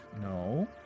No